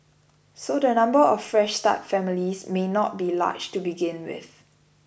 so the number of Fresh Start families may not be large to begin with